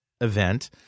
event